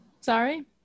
sorry